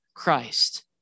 Christ